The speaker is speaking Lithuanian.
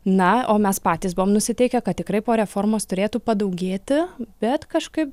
na o mes patys buvom nusiteikę kad tikrai po reformos turėtų padaugėti bet kažkaip